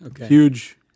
huge